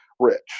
rich